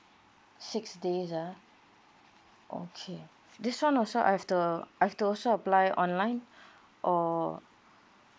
six days ah okay this one also I've to I've to also apply online or